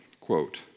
quote